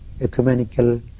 ecumenical